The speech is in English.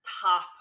top